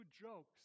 jokes